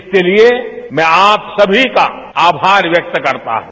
इसके लिए मैं आप सभी का आभार व्यक्त करता हूं